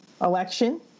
election